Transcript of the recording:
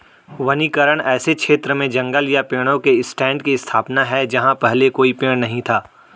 वनीकरण ऐसे क्षेत्र में जंगल या पेड़ों के स्टैंड की स्थापना है जहां पहले कोई पेड़ नहीं था